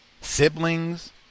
siblings